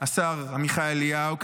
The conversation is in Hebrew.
השר עמיחי אליהו,